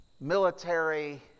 military